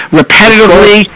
repetitively